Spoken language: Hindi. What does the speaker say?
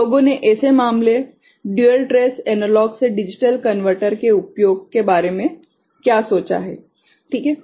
तो लोगों ने ऐसे मामले डुयल ट्रेस एनालॉग से डिजिटल कनवर्टर के उपयोग के बारे में क्या सोचा है ठीक है